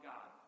God